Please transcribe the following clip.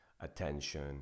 attention